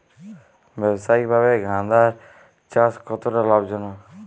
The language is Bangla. ব্যবসায়িকভাবে গাঁদার চাষ কতটা লাভজনক?